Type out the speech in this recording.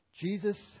Jesus